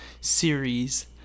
series